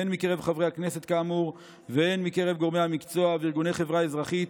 הן מקרב חברי הכנסת כאמור והן מקרב גורמי המקצוע וארגוני חברה אזרחית,